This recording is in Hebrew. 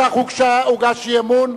על כך הוגש אי-אמון,